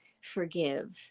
forgive